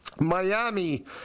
Miami